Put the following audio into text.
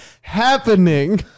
happening